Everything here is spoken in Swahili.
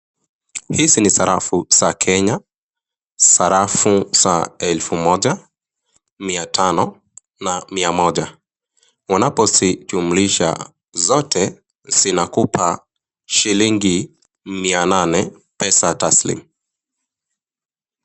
Hizi ni sarafu za Kenya: sarafu za elfu moja, mia tano na mia moja. Unapozijumlisha zote, zinakupa shilingi mia nane, pesa taslimu.